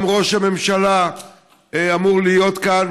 גם ראש הממשלה אמור להיות כאן,